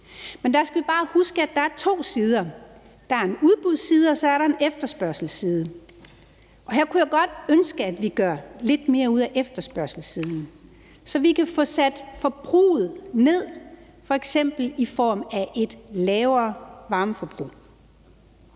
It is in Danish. Men man skal bare huske, at der er to sider: Der er en udbudsside, og så er der en efterspørgselsside. Her kunne jeg godt ønske, at vi gør lidt mere ud af efterspørgselssiden, så vi kan få sat forbruget ned, f.eks. i form af et lavere varmeforbrug.